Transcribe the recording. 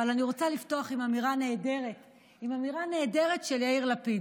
אבל אני רוצה לפתוח עם אמירה נהדרת של יאיר לפיד.